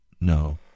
No